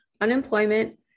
unemployment